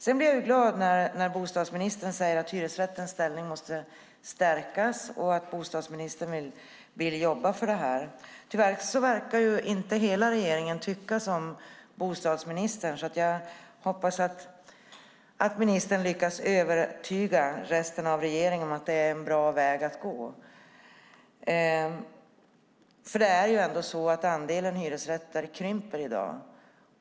Jag blev glad när bostadsministern sade att hyresrättens ställning måste stärkas och att bostadsministern vill jobba för detta. Tyvärr verkar inte hela regeringen tycka som bostadsministern. Jag hoppas att ministern lyckas övertyga resten av regeringen om att det är en bra väg att gå. Andelen hyresrätter krymper i dag.